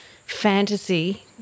fantasy